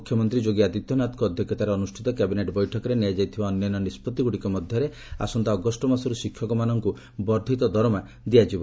ମୁଖ୍ୟମନ୍ତ୍ରୀ ଯୋଗୀ ଆଦିତ୍ୟନାଥଙ୍କ ଅଧ୍ୟକ୍ଷତାରେ ଅନୁଷ୍ଠିତ କ୍ୟାବିନେଟ୍ ବୈଠକରେ ନିଆଯାଇଥିବା ଅନ୍ୟାନ୍ୟ ନିଷ୍ପଭିଗୁଡ଼ିକ ମଧ୍ୟରେ ଆସନ୍ତା ଅଗଷ୍ଟମାସରୁ ଶିକ୍ଷକମାନଙ୍କୁ ବର୍ଦ୍ଧିତ ଦରମା ଦିଆଯିବ